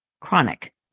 chronic